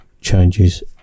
changes